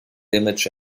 image